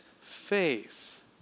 faith